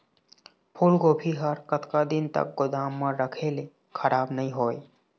फूलगोभी हर कतका दिन तक गोदाम म रखे ले खराब नई होय?